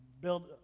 build